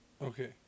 Okay